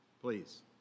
Please